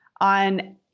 on